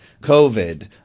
COVID